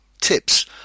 tips